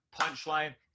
punchline